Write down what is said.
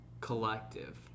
collective